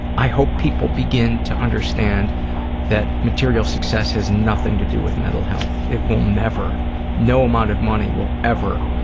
i hope people begin to understand that material success has nothing to do with mental health, it will never, that no amount of money will ever